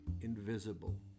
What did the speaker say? invisible